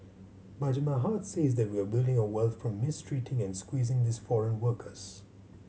but my hearts says that we're building our wealth from mistreating and squeezing these foreign workers